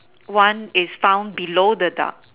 one is found below the duck